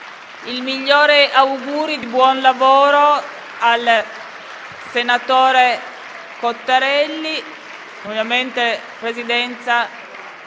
i migliori auguri di buon lavoro al senatore Cottarelli. Ovviamente, la Presidenza